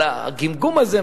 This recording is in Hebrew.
אבל הגמגום הזה,